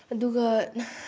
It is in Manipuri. ꯑꯗꯨꯒ